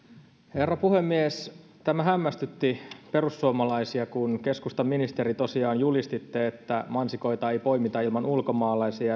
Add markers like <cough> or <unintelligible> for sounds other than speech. herra puhemies tämä hämmästytti perussuomalaisia kun keskustan ministeri tosiaan julisti että mansikoita ei poimita ilman ulkomaalaisia <unintelligible>